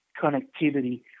connectivity